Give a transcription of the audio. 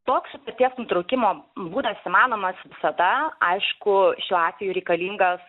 toks sutarties nutraukimo būdas įmanomas visada aišku šiuo atveju reikalingas